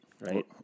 right